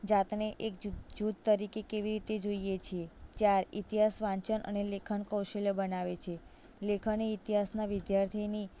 જાતને એક જુ જુ જુથ તરીકે કેવી રીતે જોઈએ છીએ ચાર ઇતિહાસ વાંચન અને લેખન કૌશલ્ય બનાવે છે લેખન એ ઇતિહાસના વિદ્યાર્થીની